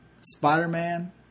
Spider-Man